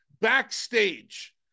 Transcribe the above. backstage